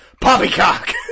poppycock